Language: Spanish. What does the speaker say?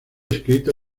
escrito